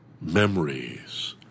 memories